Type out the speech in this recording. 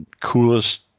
coolest